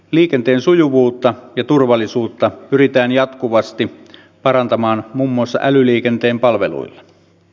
liikenteen sujuvuutta ja turvallisuutta pyritään jatkuvasti parantamaan muun muassa älyliikenteen palveluilla